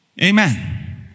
Amen